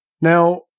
now